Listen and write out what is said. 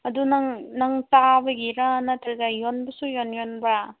ꯑꯗꯨ ꯅꯪ ꯅꯪ ꯆꯥꯕꯒꯤꯔꯥ ꯅꯠꯇ꯭ꯔꯒ ꯌꯣꯟꯕꯁꯨ ꯌꯣꯟꯕ꯭ꯔꯥ